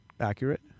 accurate